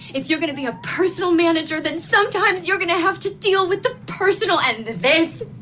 if you're going to be a personal manager, then sometimes you're going to have to deal with the personal. and this